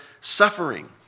suffering